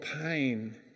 pain